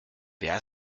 wer